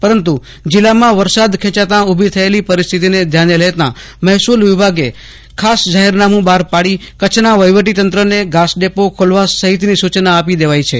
પરંતું જિલ્લામાં વરસાદ ખેંચાતાં ઉભી થયેલી પરિસ્થિતિને ઘ્યાને લેતા મહેસુલ વિભાગે ખાસ જાહેરનામું બહાર પાડી કચ્છના વહિવટીતંત્રને ઘાસડેપો ખોલવા સહિતની સુચના આપી દેવાઈ છે